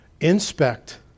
inspect